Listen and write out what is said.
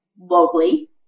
locally